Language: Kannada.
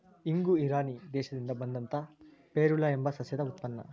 ಇಂಗು ಇರಾನ್ ದೇಶದಿಂದ ಬಂದಂತಾ ಫೆರುಲಾ ಎಂಬ ಸಸ್ಯದ ಉತ್ಪನ್ನ